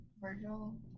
Virgil